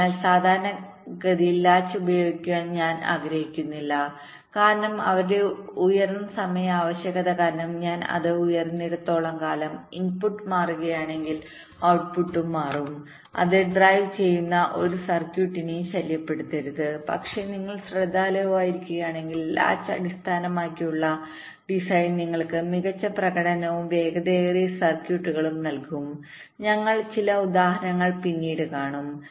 അതിനാൽ സാധാരണഗതിയിൽ ലാച്ച് ഉപയോഗിക്കാൻ ഞങ്ങൾ ആഗ്രഹിക്കുന്നില്ല കാരണം അവരുടെ ഉയർന്ന സമയ ആവശ്യകത കാരണം ഞാൻ അത് ഉയർന്നിടത്തോളം കാലം ഇൻപുട്ട് മാറുകയാണെങ്കിൽ ഔട്ട്പുട്ടും മാറും അത് ഡ്രൈവ് ചെയ്യുന്ന ഒരു സർക്യൂട്ടിനെയും ശല്യപ്പെടുത്തരുത് പക്ഷേ നിങ്ങൾ ശ്രദ്ധാലുവായിരിക്കുകയാണെങ്കിൽ ലാച്ച് അടിസ്ഥാനമാക്കിയുള്ള ഡിസൈൻ നിങ്ങൾക്ക് മികച്ച പ്രകടനവും വേഗതയേറിയ സർക്യൂട്ടുകളും നൽകും ഞങ്ങൾ ചില ഉദാഹരണങ്ങൾ പിന്നീട് കാണും